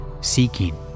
seeking